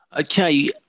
Okay